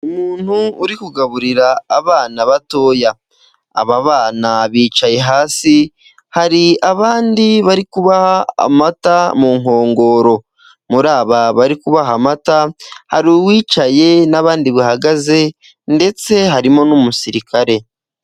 Umuntu uri kugaburira abana batoya. Aba bana bicaye hasi, hari abandi bari kubaha amata mu nkongoro. Muri aba bari kubaha amata, hari uwicaye, n'abandi bahagaze. Ndetse harimo n'umusirikare.